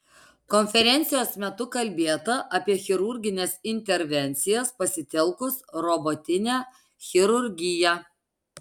konferencijos metu kalbėta apie chirurgines intervencijas pasitelkus robotinę chirurgiją